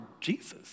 Jesus